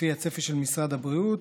לפי הצפי של משרד הבריאות,